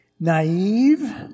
Naive